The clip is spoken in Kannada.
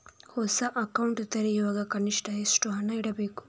ಹೊಸ ಅಕೌಂಟ್ ತೆರೆಯುವಾಗ ಕನಿಷ್ಠ ಎಷ್ಟು ಹಣ ಇಡಬೇಕು?